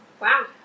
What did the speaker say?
Wow